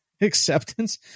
acceptance